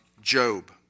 Job